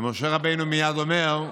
ומשה רבנו מייד אומר: